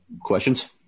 questions